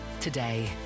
today